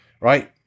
right